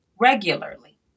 regularly